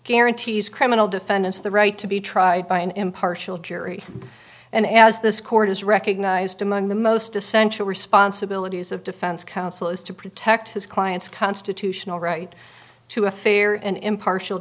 guarantees criminal defendants the right to be tried by an impartial jury and as this court has recognized among the most essential responsibilities of defense counsel is to protect his client's constitutional right to a fair and impartial